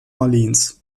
orleans